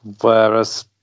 Whereas